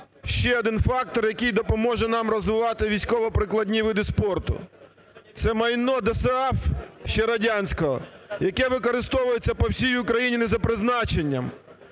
ще один фактор, який допоможе нам розвивати військово-прикладні види спорту. Це майно ДОСААФ ще радянського, яке використовується по всій Україні не за призначенням,